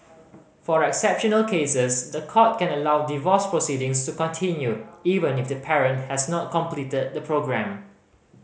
for exceptional cases the court can allow divorce proceedings to continue even if the parent has not completed the programme